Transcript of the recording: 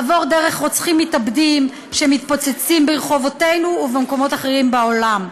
עבור דרך רוצחים מתאבדים שמתפוצצים ברחובותינו ובמקומות אחרים בעולם.